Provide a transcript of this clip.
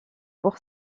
pour